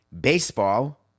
baseball